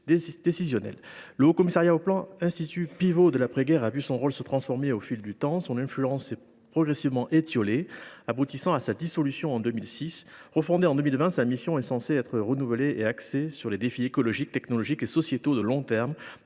Le Haut Commissariat au plan, institution pivot de l’après guerre, a vu son rôle se transformer au fil du temps. Son influence s’est progressivement étiolée, ce qui a conduit à sa dissolution en 2006. Il est refondé en 2020, sa mission étant censée avoir été renouvelée. Elle est désormais axée sur les défis écologiques, technologiques et sociétaux de long terme